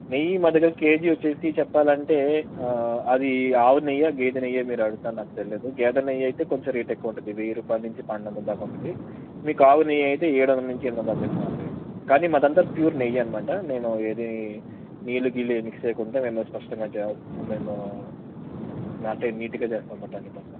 నెయ్యి మా దగ్గర కే జీ వచ్చేసి చెప్పాలంటే అది ఆవు నెయ్యా గేదె నెయ్యా మీరు అడుగుతారో నాకు తెలీదు గేదె నెయ్యి అయితే కొంచెం రేట్ ఎక్కువ ఉంటుంది వెయ్యి రూపాయల నించి పన్నెండు వందల దాకా ఉంటుంది మీకు ఆవు నెయ్యి అయితే ఏడు వందల నించి ఎనిమిది వందల దాకా ఇస్తామండి కాని మాదంతా ప్యూర్ నెయ్యి అన్నమాట మేము ఏదీ నీళ్ళు గీళ్ళు మిక్స్ చేయకుండా మేము స్పష్టంగా చేస్తాం మేము అంటే నీటుగా చేస్తామన్నమాట అన్ని పనులు